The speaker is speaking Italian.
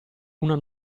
una